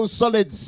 solid